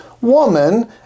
Woman